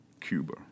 Cuba